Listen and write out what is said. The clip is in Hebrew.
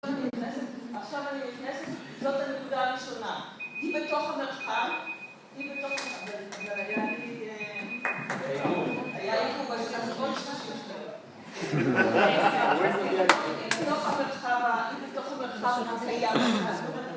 עכשיו אני נכנסת, זאת הנקודה הראשונה. היא בתוך המרחב, היא בתוך המרחב, זה היה לי, זה היה לי קובץ, אז בואו נשמע שלוש דברים. היא בתוך המרחב, היא בתוך המרחב הקיים.